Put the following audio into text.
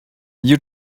you